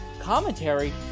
commentary